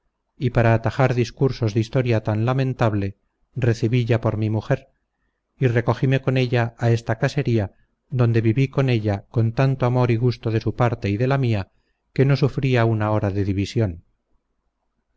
y para atajar discursos de historia tan lamentable recibilla por mi mujer y recogime con ella a esta casería donde viví con ella con tanto amor y gusto de su parte y de la mía que no sufría una hora de división